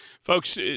Folks